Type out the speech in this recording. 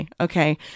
okay